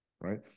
right